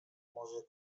może